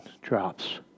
drops